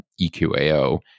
EQAO